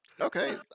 okay